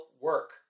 work